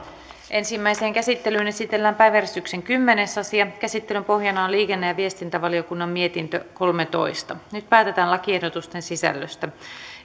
ensimmäiseen käsittelyyn esitellään päiväjärjestyksen kymmenes asia käsittelyn pohjana on liikenne ja viestintävaliokunnan mietintö kolmetoista nyt päätetään lakiehdotusten sisällöstä